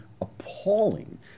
appalling